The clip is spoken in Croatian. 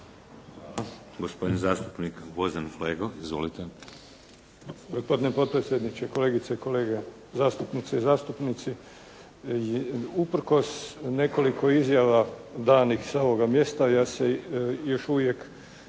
Gospodin zastupnik Gvozden Flego. Izvolite.